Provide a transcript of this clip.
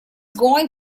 going